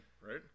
right